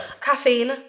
Caffeine